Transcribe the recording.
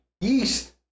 Yeast